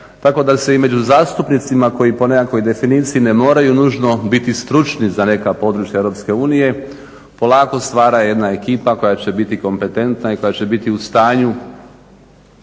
tako da se i među zastupnicima koji po nekakvoj definiciji ne moraju nužno biti stručni za neka područja Europske unije polako stvara jedna ekipa koja će biti kompetentna i koja će biti u stanju